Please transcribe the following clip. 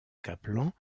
kaplan